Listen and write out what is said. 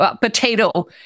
potato